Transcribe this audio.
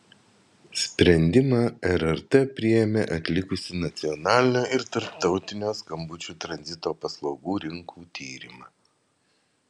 sprendimą rrt priėmė atlikusi nacionalinio ir tarptautinio skambučių tranzito paslaugų rinkų tyrimą